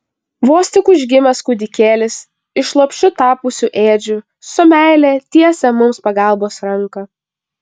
vos tik užgimęs kūdikėlis iš lopšiu tapusių ėdžių su meile tiesia mums pagalbos ranką